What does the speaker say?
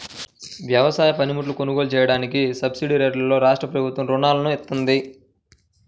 వ్యవసాయ పనిముట్లు కొనుగోలు చెయ్యడానికి సబ్సిడీరేట్లలో రాష్ట్రప్రభుత్వం రుణాలను ఇత్తంది